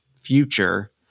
future